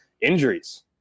injuries